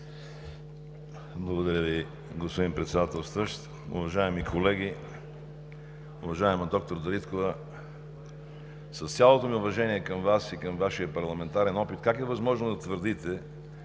Благодаря Ви, господин Председател. Уважаеми колеги! Уважаема доктор Дариткова, с цялото ми уважение към Вас и към Вашия парламентарен опит, как е възможно да твърдите,